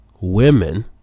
women